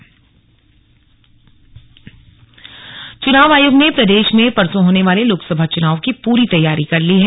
सौजन्या चुनाव आयोग ने प्रदेश में परसों होने वाले लोकसभा चुनाव की पूरी तैयारी कर ली है